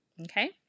okay